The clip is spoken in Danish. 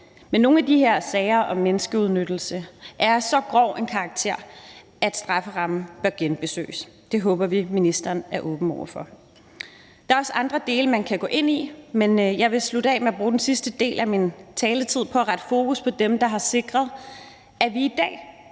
Men nogle af de her sager om menneskeudnyttelse er af så grov en karakter, at strafferammen bør genbesøges. Det håber vi at ministeren er åben over for. Der er også andre dele, man kan gå ind i, men jeg vil slutte af med at bruge den sidste del af min taletid på at rette fokus på dem, der har sikret, at vi i dag